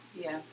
Yes